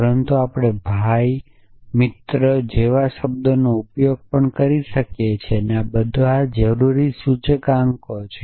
પરંતુ આપણે ભાઈ મિત્ર જેવા શબ્દોનો ઉપયોગ પણ કરી શકીએ છીએ આ બધા જરૂરી સૂચકાંકો છે